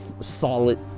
solid